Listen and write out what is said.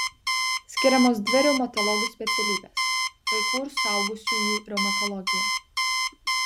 skiriamos dvi reumatologų specialybės vaikų ir suaugusiųjų reumatologija